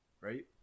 right